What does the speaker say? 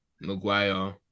Maguire